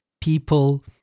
people